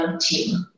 team